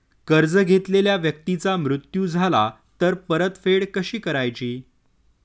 कर्ज घेतलेल्या व्यक्तीचा मृत्यू झाला तर परतफेड कशी करायची?